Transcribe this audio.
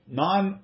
non